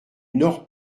nord